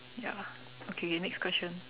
ya okay okay next question